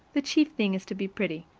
the chief thing is to be pretty.